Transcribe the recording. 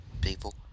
people